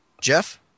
Jeff